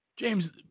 James